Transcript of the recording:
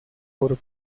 por